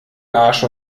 arsch